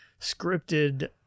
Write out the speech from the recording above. scripted